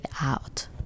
out